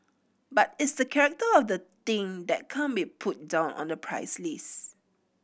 but it's the character of the thing that can't be put down on the price list